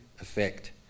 effect